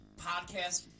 podcast